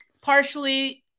Partially